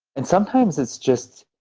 and sometimes it's just